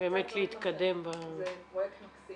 באמת להתקדם ב- -- זה פרויקט מקסים